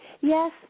Yes